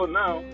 now